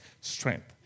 strength